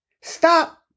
Stop